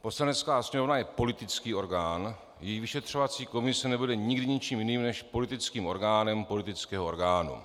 Poslanecká sněmovna je politický orgán, její vyšetřovací komise nebude nikdy ničím jiným než politickým orgánem politického orgánu.